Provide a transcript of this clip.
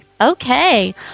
okay